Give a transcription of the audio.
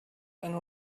and